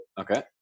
Okay